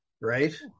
right